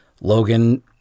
Logan